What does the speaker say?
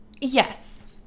yes